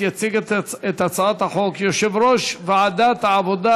יציג את הצעת החוק יושב-ראש ועדת העבודה,